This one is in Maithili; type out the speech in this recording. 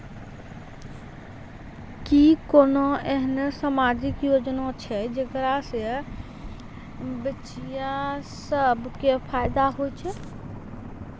कि कोनो एहनो समाजिक योजना छै जेकरा से बचिया सभ के फायदा होय छै?